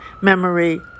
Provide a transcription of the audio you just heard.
memory